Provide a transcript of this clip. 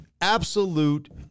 Absolute